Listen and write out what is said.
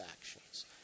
actions